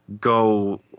go